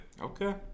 Okay